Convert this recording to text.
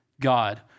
God